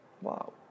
Wow